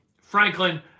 Franklin